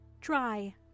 try